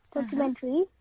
documentary